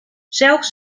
zelfs